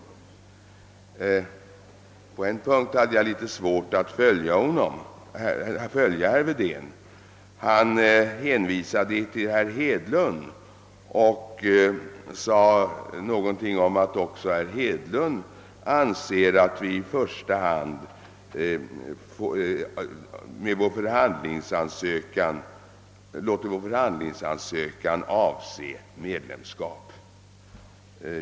På en punkt hade jag litet svårt att följa herr Wedén. Han hänvisade till att också herr Hedlund anser att vi i första hand skall låta vår förhandlingsansökan avse medlemskap.